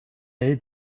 day